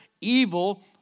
evil